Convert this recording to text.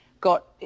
got